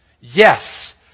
Yes